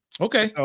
Okay